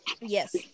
Yes